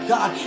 God